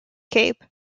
cape